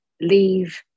leave